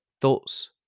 thoughts